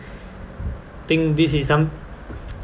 think this is some